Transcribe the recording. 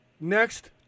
next